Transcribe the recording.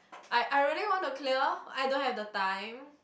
I I really want to clear I don't have the time